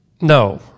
No